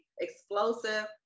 explosive